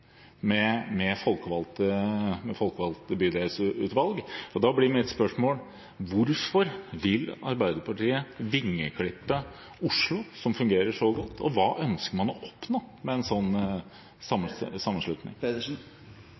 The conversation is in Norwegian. med folkevalgte bydelsutvalg, og da blir mitt spørsmål: Hvorfor vil Arbeiderpartiet vingeklippe Oslo, som fungerer så godt? Og hva ønsker man å oppnå med en sånn